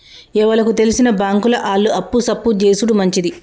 ఎవలకు తెల్సిన బాంకుల ఆళ్లు అప్పు సప్పు జేసుడు మంచిది